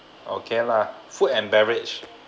okay lah food and beverage